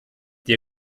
die